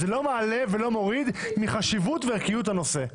זה לא מעלה ולא מוריד מחשיבות וערכיות הנושא.